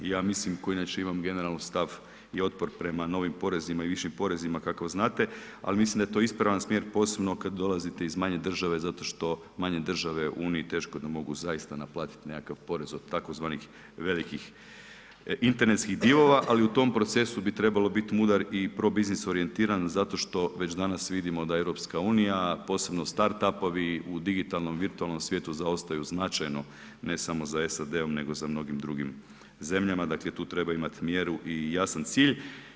Ja mislim koji inače imam generalni stav i otpor prema novim porezima i višim porezima kako znate, al mislim da je to ispravan smjer, posebno kad dolazite iz manje države zato što manje države u Uniji teško da mogu zaista naplatit nekakav porez od tzv. velikih internetskih divova, ali u tom procesu bi trebalo biti mudar i pro biznis orijentiran zato što već danas vidimo da EU, a posebno startapovi u digitalnom virtualnom svijetu zaostaju značajno, ne samo za SAD-om, nego za mnogim drugim zemljama, dakle tu treba imati mjeru i jasan cilj.